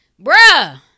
bruh